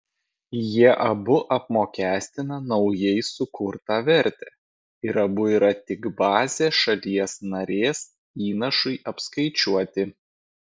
jie abu apmokestina naujai sukurtą vertę ir abu yra tik bazė šalies narės įnašui apskaičiuoti